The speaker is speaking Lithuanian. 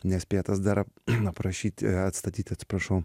nespėtas dar aprašyti atstatyti atsiprašau